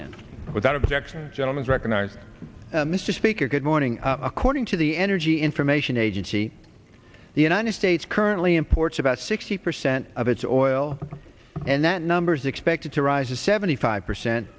t without objection gentlemens recognized mr speaker good morning according to the energy information agency the united states currently imports about sixty percent of its oil and that number is expected to rise to seventy five percent